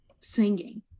singing